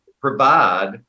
provide